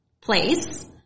place